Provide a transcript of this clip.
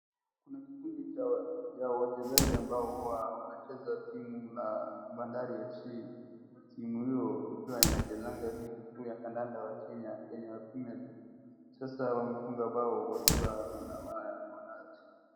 Kuna kikundi cha wanachezaji ambao huwa wacheza timu la Bandari Fc . Timu hiyo ikiwa inachezanga ligi kuu ya kandanda ya Kenya Kenya Premier League , Sasa wamefunga bao wakiwa wana...